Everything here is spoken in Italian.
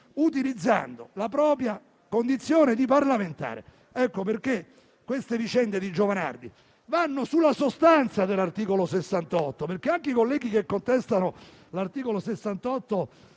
utilizzando la propria condizione di parlamentare. Ecco perché le vicende di Giovanardi vanno sulla sostanza dell'articolo 68 della Costituzione. Anche i colleghi che contestano l'articolo 68 dalle